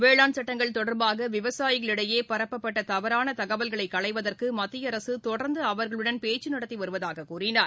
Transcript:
வேளான் சட்டங்கள் தொடர்பாக விவசாயிகளிடையே பரப்பப்பட்ட தவறான தகவல்கள் களைவதற்கு மத்திய அரசு தொடர்ந்து அவர்களுடன் பேச்சு நடத்தி வருவதாக கூறினார்